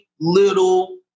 little